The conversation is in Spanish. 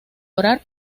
orar